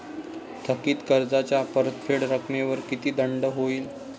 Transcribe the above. थकीत कर्जाच्या परतफेड रकमेवर किती दंड होईल?